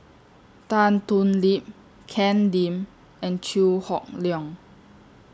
Tan Thoon Lip Ken Lim and Chew Hock Leong